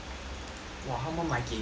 !wah! 他们买给你啊